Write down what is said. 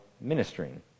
ministering